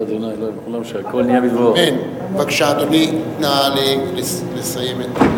בבקשה, אדוני, נא לסיים.